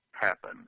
happen